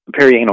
perianal